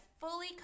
fully